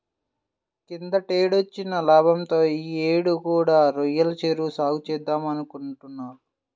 కిందటేడొచ్చిన లాభంతో యీ యేడు కూడా రొయ్యల చెరువు సాగే చేద్దామనుకుంటున్నా